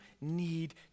need